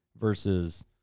versus